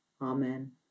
Amen